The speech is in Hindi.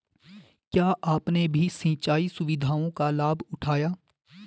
क्या आपने भी सिंचाई सुविधाओं का लाभ उठाया